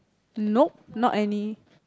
nope not any